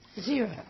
Zero